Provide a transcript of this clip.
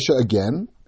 again